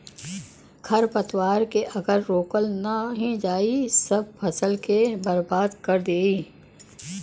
खरपतवार के अगर रोकल नाही जाई सब फसल के बर्बाद कर देई